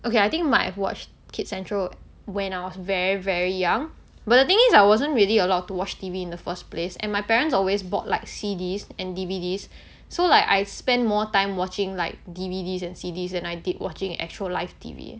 okay I think might have watched kids central when I was very very young but the thing is I wasn't really allowed to watch T_V in the first place and my parents always bought like C_Ds and D_V_Ds so like I spend more time watching like D_V_Ds and C_Ds than I did watching actual live T_V